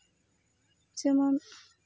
ᱡᱮᱢᱚᱱ